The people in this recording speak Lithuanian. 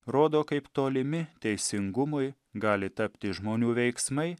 rodo kaip tolimi teisingumui gali tapti žmonių veiksmai